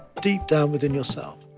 deep down within yourself